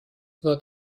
wird